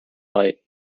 light